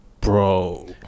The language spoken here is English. bro